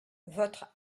votre